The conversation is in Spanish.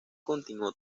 continuó